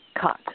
Cut